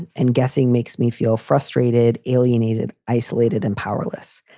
and guessing makes me feel frustrated, alienated, isolated and powerless.